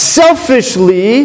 selfishly